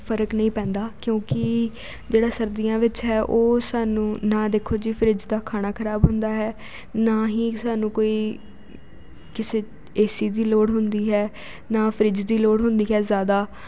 ਫਰਕ ਨਹੀਂ ਪੈਂਦਾ ਕਿਉਂਕਿ ਜਿਹੜਾ ਸਰਦੀਆਂ ਵਿੱਚ ਹੈ ਉਹ ਸਾਨੂੰ ਨਾ ਦੇਖੋ ਜੀ ਫਰਿਜ ਦਾ ਖਾਣਾ ਖਰਾਬ ਹੁੰਦਾ ਹੈ ਨਾ ਹੀ ਸਾਨੂੰ ਕੋਈ ਕਿਸੇ ਏਸੀ ਦੀ ਲੋੜ ਹੁੰਦੀ ਹੈ ਨਾ ਫਰਿਜ ਦੀ ਲੋੜ ਹੁੰਦੀ ਹੈ ਜ਼ਿਆਦਾ